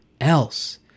else